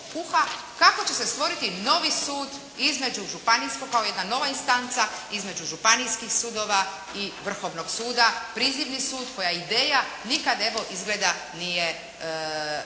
kako će se stvoriti novi sud između županijskog kao jedna nova instanca između županijskih sudova i Vrhovnog suda. Prizivni sud koja ideja nikad evo izgleda nije skroz